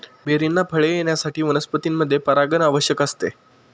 बेरींना फळे येण्यासाठी वनस्पतींमध्ये परागण आवश्यक असते